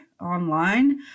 online